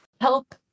help